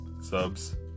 Subs